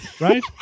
right